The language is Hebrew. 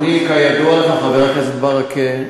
אני, כידוע לך חבר הכנסת ברכה,